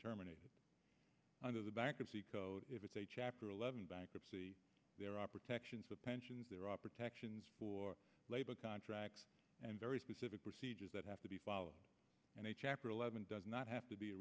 terminated under the bankruptcy code if it's a chapter eleven bankruptcy there are protections for pensions there are protections for labor contracts and very specific procedures that have to be followed and a chapter eleven does not have to be a